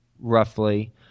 roughly